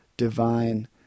divine